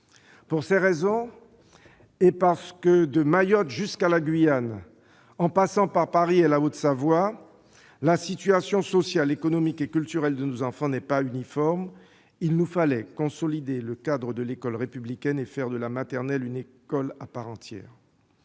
Pour ces raisons, et parce que, de Mayotte jusqu'à la Guyane, en passant par Paris et la Haute-Savoie, la situation sociale, économique et culturelle de nos enfants n'est pas uniforme, il nous fallait consolider le cadre de l'école républicaine et faire de la maternelle une école à part entière.